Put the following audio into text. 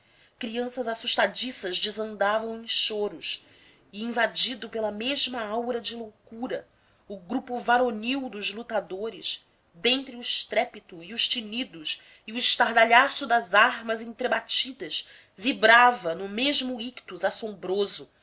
crianças assustadiças desandavam em choros e invadido pela mesma aura de loucura o grupo varonil dos lutadores dentre o estrépito e os tinidos e o estardalhaço das armas entrebatidas vibrava no mesmo ictus assombroso